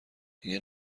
دیگه